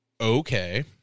okay